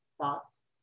thoughts